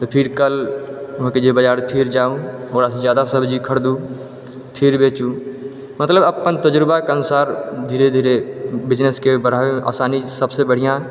तऽ फिर कल अहाँके बजार फेर जाउ ओकरासँ थोड़ा जादा सब्जी खरिदु फेर बेचू मतलब अपन तजुरबा के अनुसार धीरे धीरे बिजनेस के बढ़ाबै मे आसानी सभसे बढ़िऑं